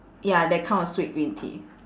ya that kind of sweet green tea